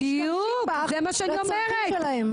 הם משתמשים בך לצרכים שלהם.